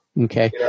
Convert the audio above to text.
Okay